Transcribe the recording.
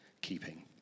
keeping